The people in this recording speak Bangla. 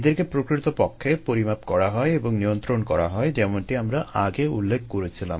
এদেরকে প্রকৃতপক্ষে পরিমাপ করা হয় এবং নিয়ন্ত্রণ করা হয় যেমনটি আমরা আগে উল্লেখ করেছিলাম